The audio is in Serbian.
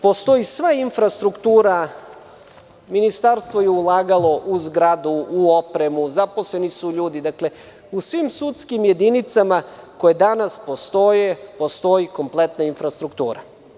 Postoji sva infrastruktura, ministarstvo je ulagalo u zgradu, u opremu, zaposleni su ljudi, dakle, u svim sudskim jedinicama koje danas postoje, postoji kompletna infrastruktura.